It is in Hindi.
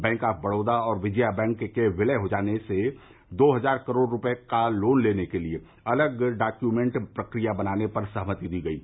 बैंक ऑफ बड़ौदा और विजया बैंक के विलय हो जाने से दो हजार करोड़ रूपये का लोन लेने के लिए अलग डाक्यूमेंट प्रक्रिया बनाने पर सहमति दी गयी